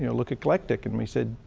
you know look eclectic. and we said,